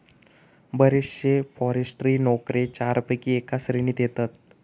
बरेचशे फॉरेस्ट्री नोकरे चारपैकी एका श्रेणीत येतत